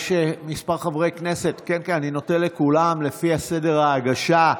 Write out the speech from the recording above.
יש כמה חברי כנסת, אני נותן לכולם לפי סדר ההגשה.